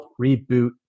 Reboot